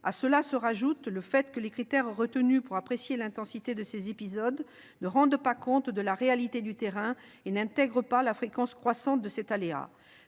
À cela s'ajoute le fait que les critères retenus pour apprécier l'intensité de ces épisodes ne rendent pas compte de la réalité du terrain et n'intègrent pas la fréquence croissante de cet aléa.